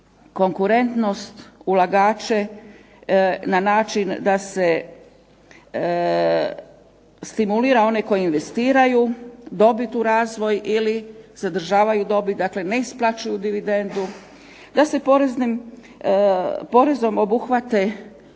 konkurentnost, ulagače na način da se stimulira one koji investiraju, dobit u razvoj ili zadržavaju dobit, dakle ne isplaćuju dividendu, da se porezom obuhvate